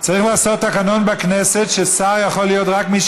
צריך לעשות תקנון בכנסת ששר יכול להיות רק מי